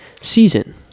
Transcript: season